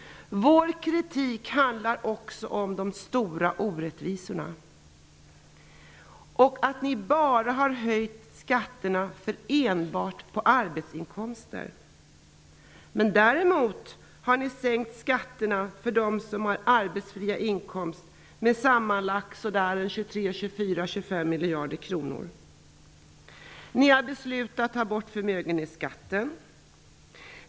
Vår kritik handlar också om de stora orättvisorna. Ni har höjt skatterna för dem som enbart har arbetsinkomster. Däremot har ni sänkt skatterna för dem som har arbetsfria inkomster med sammanlagt 23--25 miljarder kronor. Ni har beslutat att ta bort förmögenhetsskatten.